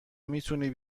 میتونی